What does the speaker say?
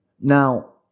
Now